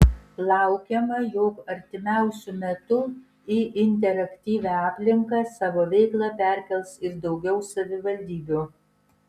laukiama jog artimiausiu metu į interaktyvią aplinką savo veiklą perkels ir daugiau savivaldybių